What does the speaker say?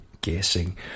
guessing